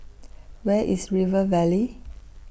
Where IS River Valley